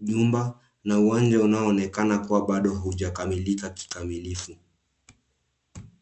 nyumba na uwanja unaoonekana kawa bado hujakamilika kikamilifu.